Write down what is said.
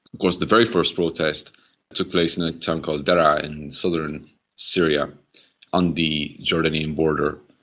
course the very first protest took place in a town called daraa in southern syria on the jordanian border.